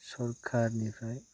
सरखारनिफ्राय